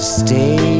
stay